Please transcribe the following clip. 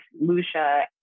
Lucia